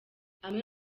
amwe